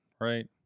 right